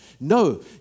No